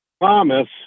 promise